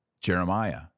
Jeremiah